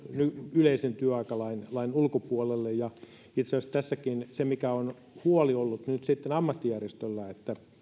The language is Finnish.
yleisen työaikalain ulkopuolelle itse asiassa tässäkin se huoli on ollut nyt ammattijärjestöllä että